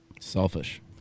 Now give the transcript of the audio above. Selfish